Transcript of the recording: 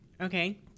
Okay